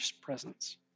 presence